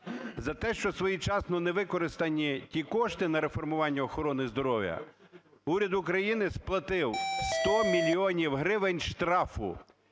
За те, що своєчасно не використані ті кошти на реформування охорони здоров'я уряд України сплатив 100 мільйонів гривень штрафу.